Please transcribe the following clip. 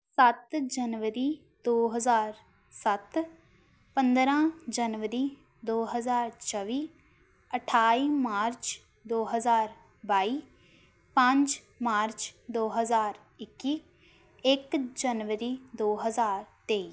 ਸੱਤ ਜਨਵਰੀ ਦੋ ਹਜ਼ਾਰ ਸੱਤ ਪੰਦਰਾਂ ਜਨਵਰੀ ਦੋ ਹਜ਼ਾਰ ਚੌਵੀ ਅਠਾਈ ਮਾਰਚ ਦੋ ਹਜ਼ਾਰ ਬਾਈ ਪੰਜ ਮਾਰਚ ਦੋ ਹਜ਼ਾਰ ਇੱਕੀ ਇੱਕ ਜਨਵਰੀ ਦੋ ਹਜ਼ਾਰ ਤੇਈ